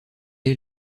est